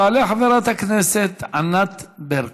תעלה חברת הכנסת ענת ברקו,